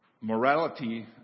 morality